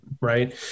right